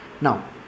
now